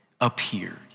appeared